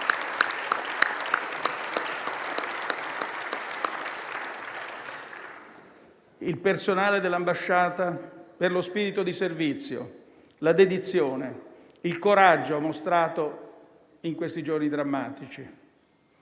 il personale dell'ambasciata per lo spirito di servizio, la dedizione e il coraggio mostrato in questi giorni drammatici.